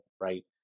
right